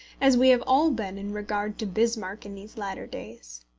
as we have all been in regard to bismarck in these latter days.